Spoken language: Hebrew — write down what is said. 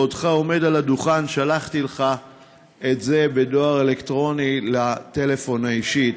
בעודך עומד על הדוכן שלחתי לך את זה בדואר אלקטרוני לטלפון האישי,